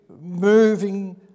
moving